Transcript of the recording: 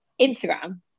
Instagram